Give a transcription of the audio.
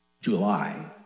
July